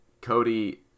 Cody